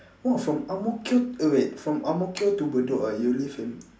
!wah! from ang mo kio eh wait from ang mo kio to bedok ah you live in